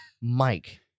Mike